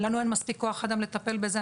לנו אין מספיק כוח אדם לטפל בזה,